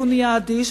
כי הוא נהיה אדיש,